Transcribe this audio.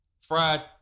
fried